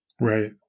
Right